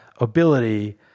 ability